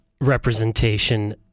representation